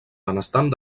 benestant